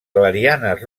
clarianes